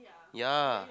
yeah